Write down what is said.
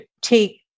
take